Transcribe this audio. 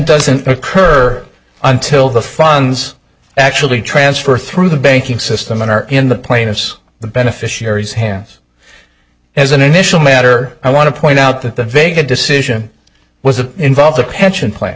doesn't occur until the funds actually transfer through the banking system and are in the plaintiffs the beneficiaries hands as an initial matter i want to point out that the vega decision was a involves a pension plan